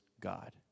God